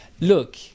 Look